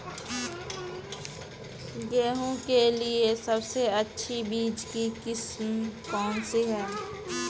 गेहूँ के लिए सबसे अच्छी बीज की किस्म कौनसी है?